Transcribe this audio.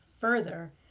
further